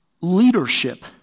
leadership